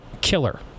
killer